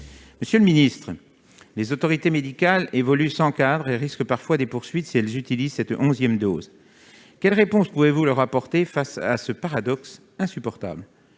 de vaccination. Les autorités médicales évoluent sans cadre et risquent parfois des poursuites si elles utilisent cette onzième dose. Aussi, quelle réponse leur apporter face à ce paradoxe insupportable ?